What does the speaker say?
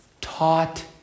taught